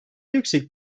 yüksek